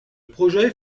projet